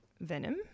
venom